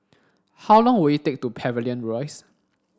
how long will it take to Pavilion Rise